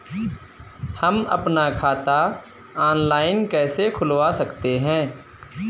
हम अपना खाता ऑनलाइन कैसे खुलवा सकते हैं?